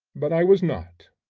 but i was not,